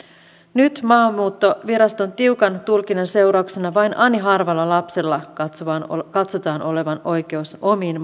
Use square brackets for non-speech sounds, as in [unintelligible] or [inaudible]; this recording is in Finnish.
nyt maahanmuuttoviraston tiukan tulkinnan seurauksena vain ani harvalla lapsella katsotaan olevan oikeus omiin [unintelligible]